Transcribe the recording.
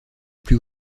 plus